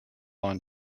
lawn